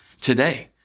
today